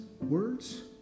words